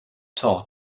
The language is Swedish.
tar